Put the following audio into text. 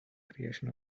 creation